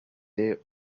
there